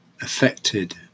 affected